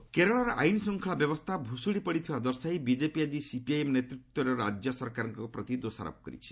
BJP Kerala କେରଳର ଆଇନଶୃଙ୍ଗଳା ବ୍ୟବସ୍ଥା ଭୁଶୁଡି ପଡିଥିବା ଦର୍ଶାଇ' ବିଜେପି ଆକି ସିପିଆଇଏମ ନେତୃତ୍ୱରେ ରାଜ୍ୟ ସରକାରଙ୍କ ପ୍ରତି ଦୋଷାରୋପ କରିଛି